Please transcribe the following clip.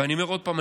ואני אומר עוד פעם,